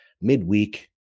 midweek